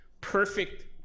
perfect